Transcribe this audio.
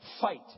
fight